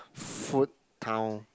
food town